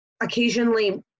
occasionally